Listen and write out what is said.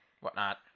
whatnot